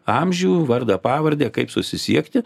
amžių vardą pavardę kaip susisiekti